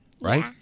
right